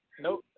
Nope